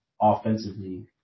offensively